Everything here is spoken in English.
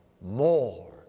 more